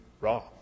raw